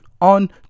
on